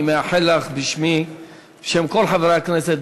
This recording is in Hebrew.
אני מאחל לך בשמי ובשם כל חברי הכנסת,